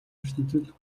ертөнцөд